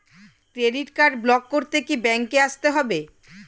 Credit card block করতে কি ব্যাংকে আসতে হবে?